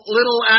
Little